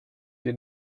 die